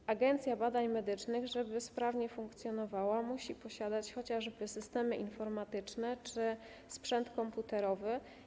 Aby Agencja Badań Medycznych sprawnie funkcjonowała, musi posiadać chociażby systemy informatyczne czy sprzęt komputerowy.